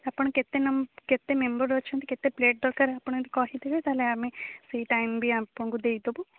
ଆପଣ କେତେ କେତେ ମେମ୍ବର୍ ଅଛନ୍ତି କେତେ ପ୍ଲେଟ୍ ଦରକାର ଆପଣ ଯଦି କହିଦେବେ ତାହେଲେ ଆମେ ସେଇ ଟାଇମ୍ ବି ଆପଣଙ୍କୁ ଦେଇଦେବୁ